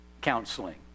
counseling